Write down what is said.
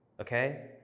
okay